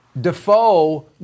Defoe